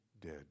dead